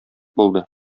булды